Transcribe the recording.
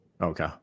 Okay